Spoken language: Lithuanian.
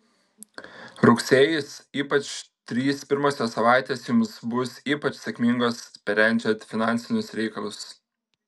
rugsėjis ypač trys pirmosios savaitės jums bus ypač sėkmingos sprendžiant finansinius reikalus